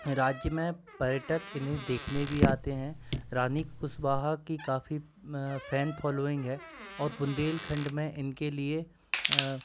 राज्य में पर्यटक इन्हें देखने भी आते हैं रानी कुशवाहा की काफ़ी फैन फोलोइंग है और बुंदेलखंड में इनके लिए